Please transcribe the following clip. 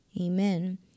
Amen